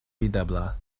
videbla